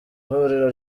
ihuriro